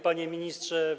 Panie Ministrze!